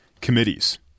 committees